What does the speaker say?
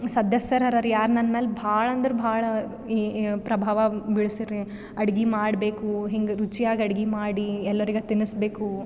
ಸದಸ್ಯರು ಹರರಿ ಯಾರು ನನ್ನ ಮೇಲೆ ಭಾಳ ಅಂದ್ರೆ ಭಾಳ ಈ ಪ್ರಭಾವ ಬೀಳಿಸಾರೆ ರೀ ಅಡ್ಗೆ ಮಾಡಬೇಕು ಹಿಂಗ ರುಚಿಯಾಗಿ ಅಡ್ಗೆ ಮಾಡಿ ಎಲ್ಲರಿಗೆ ತಿನಿಸಬೇಕು